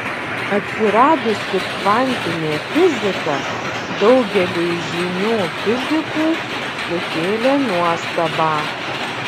atsiradusi kvantinė fizika daugeliui žymių fizikų sukėlė nuostabą